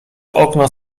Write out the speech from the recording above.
okno